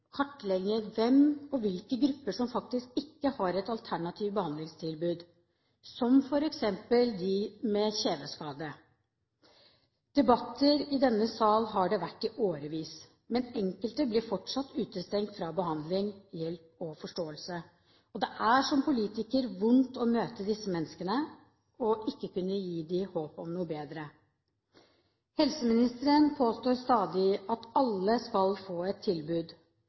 kartlegge hvem og hvilke grupper som faktisk ikke har et alternativt behandlingstilbud, som f.eks. de med kjeveskade. Debatter i denne sal har det vært i årevis, men enkelte blir fortsatt utestengt fra behandling, hjelp og forståelse. Det er som politiker vondt å møte disse menneskene og ikke kunne gi dem håp om noe bedre. Helseministeren påstår stadig at alle skal få et tilbud.